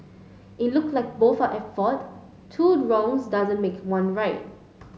it look like both are at fault two wrongs doesn't make one right